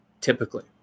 typically